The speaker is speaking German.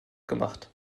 gemacht